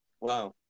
Wow